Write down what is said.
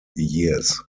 years